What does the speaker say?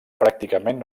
pràcticament